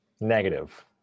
Negative